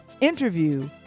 interview